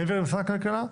מעבר למשרד הכלכלה.